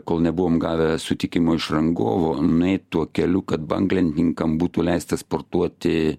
kol nebuvom gavę sutikimo iš rangovo nueit tuo keliu kad banglentininkam būtų leista sportuoti